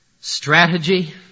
Strategy